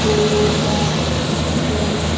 Toyota cam